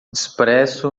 expresso